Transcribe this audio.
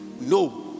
no